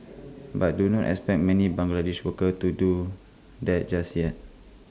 but do not expect many Bangladeshi workers to do that just yet